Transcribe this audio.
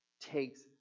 takes